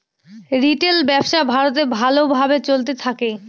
retail ব্যবসা ভারতে ভালো ভাবে চলতে থাকে